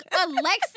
Alexis